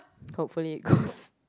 hopefully it goes